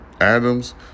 Adams